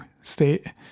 state